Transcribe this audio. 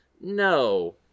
no